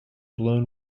blown